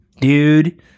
dude